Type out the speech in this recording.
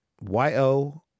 Y-O-